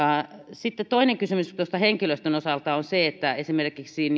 sitten toinen kysymys henkilöstön osalta on se että esimerkiksi